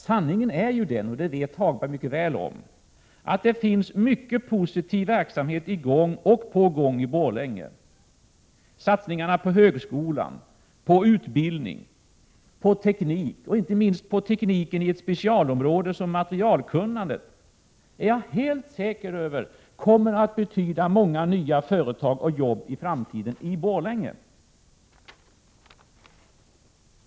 Sanningen är — och det vet Hagberg mycket väl — att det finns många positiva verksamheter i gång och på gång i Borlänge. Jag är helt säker på att satsningen på högskolan, på utbildning, på teknik och inte minst på tekniken inom ett specialområde som materialkunnande kommer att betyda många nya företag och arbetstillfällen i framtiden i Borlänge.